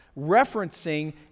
referencing